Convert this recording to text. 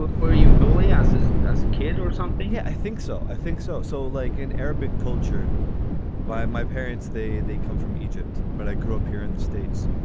but were you bullied as ah a a kid or something? yeah, i think so. i think so. so like in arabic culture by my parents, they they come from egypt. but i grew up here in the states